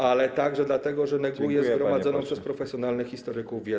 ale także dlatego, że neguje zgromadzoną przez profesjonalnych historyków wiedzę.